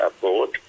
board